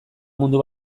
mundu